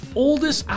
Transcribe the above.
oldest